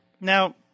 Now